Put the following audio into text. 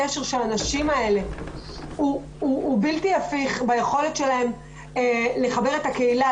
הקשר של הנשים האלה הוא בלתי הפיך ביכולת שלהן לחבר את הקהילה,